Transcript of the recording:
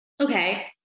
okay